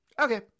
Okay